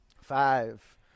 Five